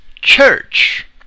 church